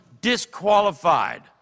disqualified